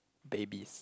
babies